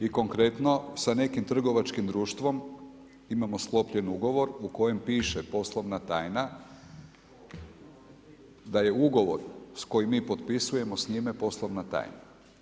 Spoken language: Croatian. I konkretno, sa nekim trgovačkim društvom imamo sklopljen ugovor u kojem piše „poslovna tajna“ da je ugovor koji mi potpisujemo s njime poslovna tajna.